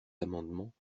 amendements